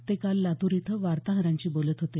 ते काल लातूर इथं वार्ताहरांशी बोलत होते